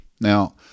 now